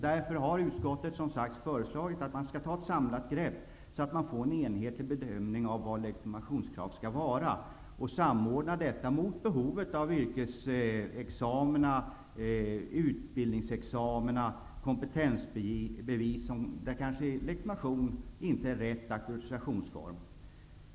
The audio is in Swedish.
Därför har utskottet, som sagt, föreslagit att ett samlat grepp skall tas, så att man får en enhetlig bedömning av vad som är legitimationskrav. Detta skall samordnas och vägas mot behovet av yrkesexamen, utbildning och kompetensbevis -- legitimationen är kanske inte den rätta auktorisationsformen.